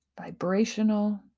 vibrational